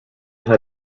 had